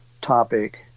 topic